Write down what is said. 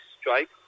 strike